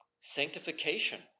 sanctification